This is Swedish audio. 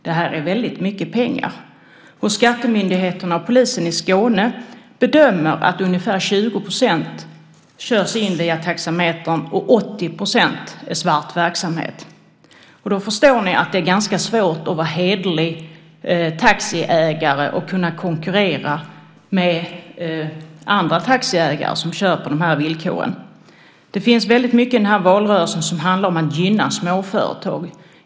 Det är väldigt mycket pengar. Skattemyndigheterna och polisen i Skåne bedömer att ungefär 20 % körs in via taxametern och 80 % är svart verksamhet. Då förstår ni att det är ganska svårt att vara hederlig taxiägare och kunna konkurrera med andra taxiägare som kör på de här andra villkoren. Det finns mycket i den här valrörelsen som handlar om att gynna småföretag.